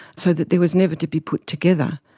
so that there was never to be put together.